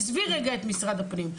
עזבי רגע את משרד הפנים,